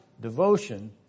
devotion